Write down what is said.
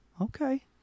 Okay